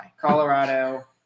Colorado